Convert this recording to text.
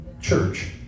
church